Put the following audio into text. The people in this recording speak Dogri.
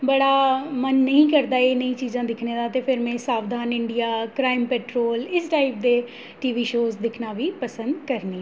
बड़ा मन नेईं करदा एह् नेही चीजां दिक्खने दा ते फ्ही में सावधान इंडिया क्राइम पैट्रोल इस टाइप दे टी वी शोऽ दिक्खना बी पसंद करनी आं